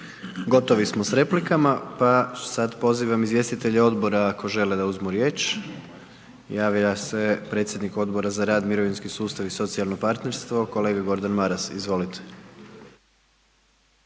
Gotovi smo s replikama pa sada pozivam izvjestitelje odbora ako žele uzeti riječ. Javio se predsjednik Odbora za rad, mirovinski sustav i socijalno partnerstvo kolega Gordan Maras. Izvolite.